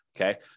okay